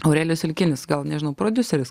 aurelijus silkinis gal nežinau prodiuseris